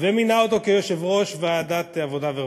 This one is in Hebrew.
הוא מינה אותו ליושב-ראש ועדת העבודה והרווחה,